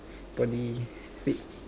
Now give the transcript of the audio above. body fit